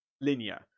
linear